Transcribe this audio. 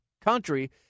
country